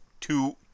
two